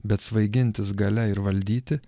bet svaigintis galia ir valdyti